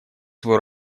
свою